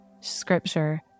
Scripture